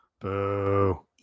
Boo